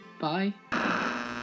Bye